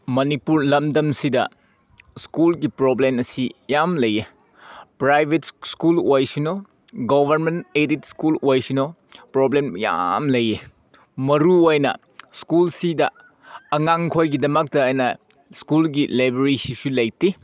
ꯃꯅꯤꯄꯨꯔ ꯂꯝꯗꯝꯁꯤꯗ ꯁ꯭ꯀꯨꯜꯒꯤ ꯄ꯭ꯔꯣꯕ꯭ꯂꯦꯝ ꯑꯁꯤ ꯌꯥꯝ ꯂꯩꯌꯦ ꯄ꯭ꯔꯥꯏꯕꯦꯠ ꯁ꯭ꯀꯨꯜ ꯑꯣꯏꯁꯅꯨ ꯒꯣꯕꯔꯃꯦꯟ ꯑꯦꯗꯦꯠ ꯁ꯭ꯀꯨꯜ ꯑꯣꯏꯁꯅꯨ ꯄ꯭ꯔꯣꯕ꯭ꯂꯦꯝ ꯌꯥꯝ ꯂꯩꯌꯦ ꯃꯔꯨ ꯑꯣꯏꯅ ꯁ꯭ꯀꯨꯜꯁꯤꯗ ꯑꯉꯥꯡꯈꯣꯏꯒꯤꯗꯃꯛꯇꯑꯅ ꯁ꯭ꯀꯨꯜꯒꯤ ꯂꯥꯏꯕ꯭ꯔꯦꯔꯤꯁꯤꯁꯨ ꯂꯩꯇꯦ